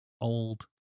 old